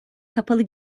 kapalı